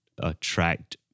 attract